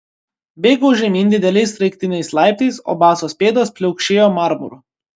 bėgau žemyn dideliais sraigtiniais laiptais o basos pėdos pliaukšėjo marmuru